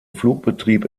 flugbetrieb